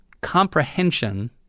comprehension